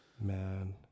Man